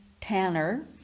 Tanner